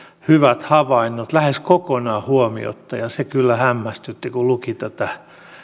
hyvät havainnot lähes kokonaan huomiotta ja se kyllä hämmästytti kun luki tätä mietintöä tässä nostan nyt